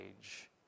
age